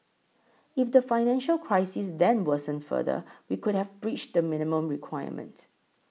if the financial crisis then worsened further we could have breached the minimum requirement